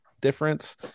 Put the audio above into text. difference